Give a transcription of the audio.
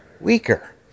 Weaker